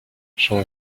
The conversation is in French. j’en